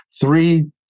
three